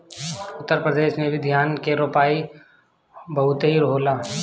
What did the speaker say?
उत्तर प्रदेश में भी धान के रोपाई बहुते होला